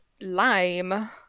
lime